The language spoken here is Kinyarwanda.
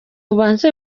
ubanze